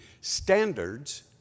standards